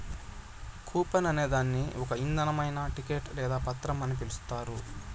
coupon అనే దాన్ని ఒక ఇధమైన టికెట్ లేదా పత్రం అని పిలుత్తారు